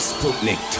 Sputnik